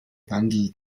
wandel